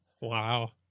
Wow